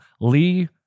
Lee